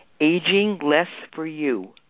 aginglessforyou